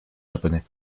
japonais